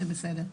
זה בסדר.